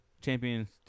champions